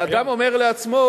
ואדם אומר לעצמו: